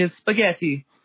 spaghetti